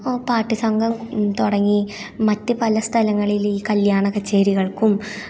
പാട്ടുസംഘം തുടങ്ങി മറ്റു പല സ്ഥലങ്ങളിൽ ഈ കല്യാണ കച്ചേരികൾക്കും